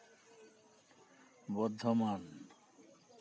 Bardhaman